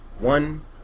One